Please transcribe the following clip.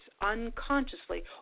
unconsciously